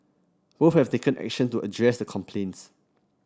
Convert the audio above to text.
both have taken action to address the complaints